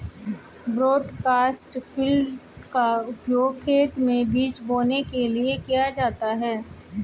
broadcast feeder का उपयोग खेत में बीज बोने के लिए किया जाता है